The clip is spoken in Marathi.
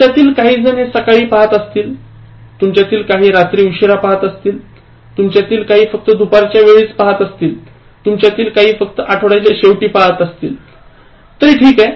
तुमच्यातील काहीजण हे सकाळी पहातात तुमच्यातील काही रात्री उशिरा पहात आहेत तुमच्यातील काही फक्त दुपारच्या वेळी पहात आहेत आणि तुमच्यातील काही फक्त आठवड्याच्या शेवटी पाहत आहेत तरी ठीक आहे